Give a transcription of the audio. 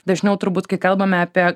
dažniau turbūt kai kalbame apie